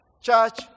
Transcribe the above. Church